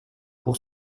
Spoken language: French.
pour